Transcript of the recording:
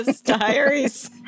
Diaries